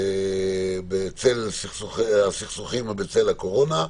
בצל הסכסוכים ובצל הקורונה.